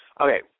Okay